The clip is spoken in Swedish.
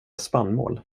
spannmål